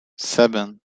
seven